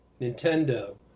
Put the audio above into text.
nintendo